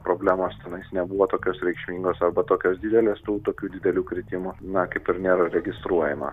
problemos tenais nebuvo tokios reikšmingos arba tokios didelės tų tokių didelių kritimų na kaip ir nėra registruojama